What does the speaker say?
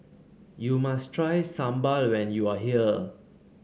you must try sambal when you are here